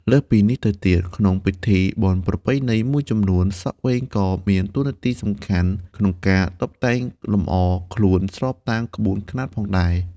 លើសពីនេះទៅទៀត ក្នុងពិធីបុណ្យប្រពៃណីមួយចំនួន សក់វែងក៏មានតួនាទីសំខាន់ក្នុងការតុបតែងលម្អខ្លួនស្របតាមក្បួនខ្នាតផងដែរ។